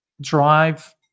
drive